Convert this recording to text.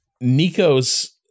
Nico's